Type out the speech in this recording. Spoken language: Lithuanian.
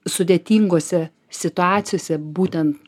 sudėtingose situacijose būtent